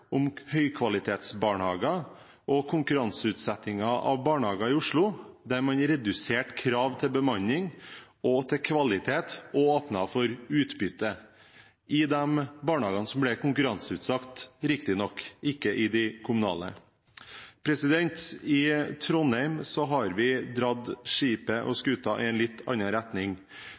om høykvalitetsbarnehager og konkurranseutsettingen av barnehager i Oslo, der man reduserte krav til bemanning og kvalitet og åpnet for utbytte – i de barnehagene som ble konkurranseutsatt, riktignok, ikke i de kommunale. I Trondheim har vi styrt skuta i en litt annen retning.